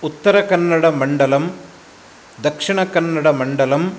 उत्तरकन्नडमण्डलं दक्षिणकन्नडमण्डलम्